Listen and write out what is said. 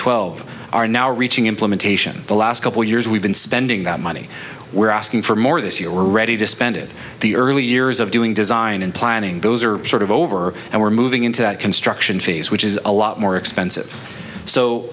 twelve are now reaching implementation the last couple years we've been spending that money we're asking for more this year we're ready to spend it the early years of doing design and planning those are sort of over and we're moving into that construction phase which is a lot more expensive so